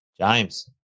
James